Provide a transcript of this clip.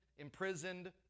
Imprisoned